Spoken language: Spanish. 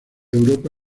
europa